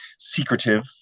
secretive